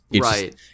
Right